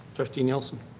trustee nielsen?